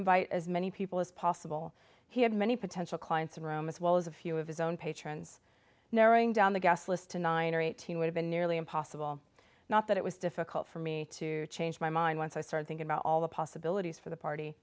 invite as many people as possible he had many potential clients in room as well as a few of his own patrons narrowing down the guest list to nine or eighteen would have been nearly impossible not that it was difficult for me to change my mind once i started thinking about all the possibilities for the party